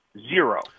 Zero